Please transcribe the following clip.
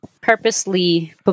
purposely